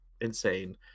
insane